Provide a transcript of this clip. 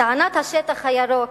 טענת השטח הירוק,